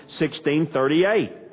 1638